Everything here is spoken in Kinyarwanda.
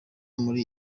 muri